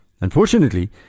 Unfortunately